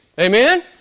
Amen